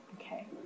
Okay